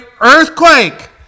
earthquake